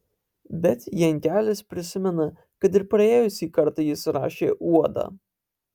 bet jankelis prisimena kad ir praėjusį kartą jis rašė uodą